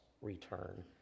return